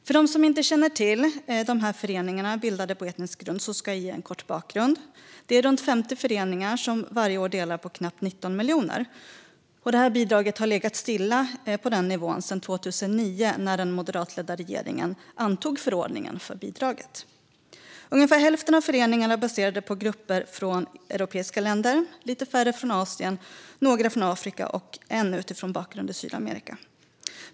För den som inte känner till föreningarna bildade på etnisk grund ska jag ge en kort bakgrund. Runt 50 föreningar delar varje år på knappt 19 miljoner. Bidraget har legat stilla på den nivån sedan 2009 då den moderatledda regeringen antog förordningen om bidraget. Ungefär hälften av föreningarna är baserade på grupper från europeiska länder. Lite färre är från Asien, några är från Afrika och en har en bakgrund i Sydamerika.